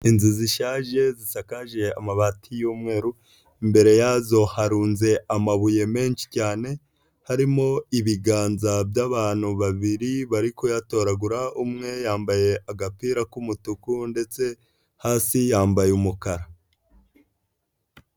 Inzu zishaje zisakaje amabati y'umweru, imbere yazo harunze amabuye menshi cyane harimo ibiganza by'abantu babiri bari kuyatoragura, umwe yambaye agapira k'umutuku ndetse hasi yambaye umukara.